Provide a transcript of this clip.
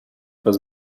was